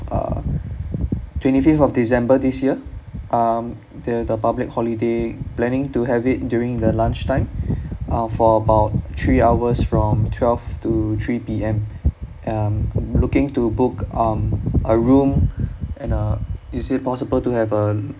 uh twenty fifth of december this year um the the public holiday planning to have it during the lunch time uh for about three hours from twelve to three P_M um looking to book um a room and uh is it possible to have a